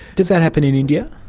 does that happen in india?